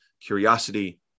curiosity